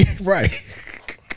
Right